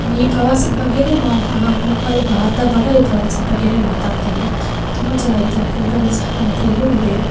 ಈ ಪ್ರವಾಸದ ಬಗ್ಗೆಯೇ ಮಾತಾಡಿ ಮುಕ್ಕಾಲು ಬಾ ಅರ್ಧ ಭಾಗ ಈ ಪ್ರವಾಸದ ಬಗ್ಗೆಯೇ ಮಾತಾಡ್ತೀವಿ ತುಂಬ ಚೆನ್ನಾಗಿತ್ತು ಆ ಫೋಟೋಗಳು ಸಹ ನನ್ನ ಹತ್ರ ಇನ್ನೂ ಇದೆ